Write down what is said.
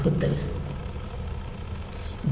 வகுத்தல் டி